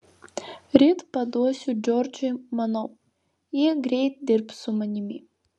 ryt paduosiu džordžui manau ji greit dirbs su manimi